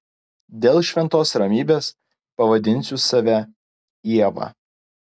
dėl šventos ramybės pavadinsiu save ieva